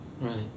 Right